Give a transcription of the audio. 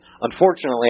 unfortunately